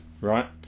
Right